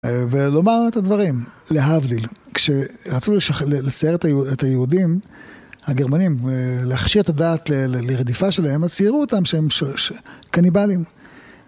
ולומר את הדברים. להבדיל, כשרצו לשח... לצייר את ה, את היהודים. הגרמנים, להכשיר את הדעת לרדיפה שלהם, אז ציירו אותם שהם... קניבלים.